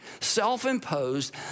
self-imposed